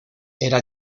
era